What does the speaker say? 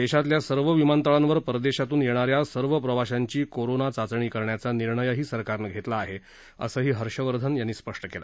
देशातल्या सर्व विमानतळांवर परदेशातून येणा या सर्व प्रवाशांची कोरोना चाचणी करण्याचा निर्णयही सरकारनं घेतला आहे असं हर्षवर्धन यांनी स्पष्ट केलं